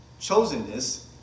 chosenness